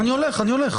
אני הולך, אני הולך,